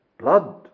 blood